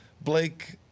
Blake –